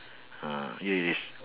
ah erase